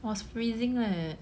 was freezing leh